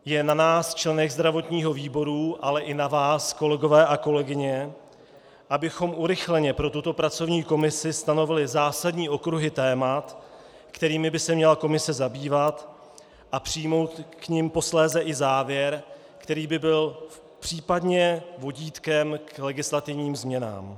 Je na nás, členech zdravotního výboru, ale i na vás, kolegové a kolegyně, abychom urychleně pro tuto pracovní komisi stanovili zásadní okruhy témat, kterými by se měla komise zabývat a přijmout k nim posléze i závěr, který by byl případně vodítkem k legislativním změnám.